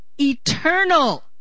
eternal